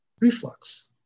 reflux